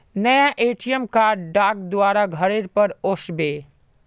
नया ATM card डाक द्वारा घरेर पर ओस बे